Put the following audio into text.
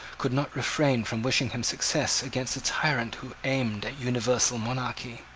could not refrain from wishing him success against a tyrant who aimed at universal monarchy.